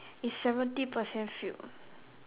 is seventy percent filled